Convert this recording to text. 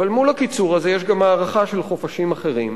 אבל מול הקיצור הזה יש גם הארכה של חופשים אחרים.